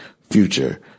future